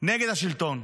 נגד השלטון.